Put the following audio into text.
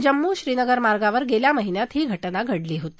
जम्मू श्रीनगर मार्गावर गेल्याच महिन्यात ही घटना घडली होती